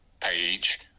page